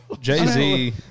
Jay-Z